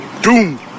doom